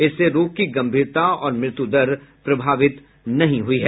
इससे रोग की गंभीरता और मृत्यु दर प्रभावित नहीं हुई है